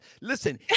Listen